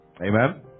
Amen